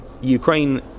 Ukraine